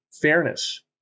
fairness